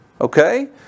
Okay